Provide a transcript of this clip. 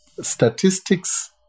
statistics